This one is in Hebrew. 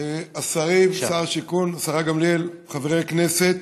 השרים, שר השיכון, השרה גמליאל, חברי הכנסת,